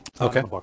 Okay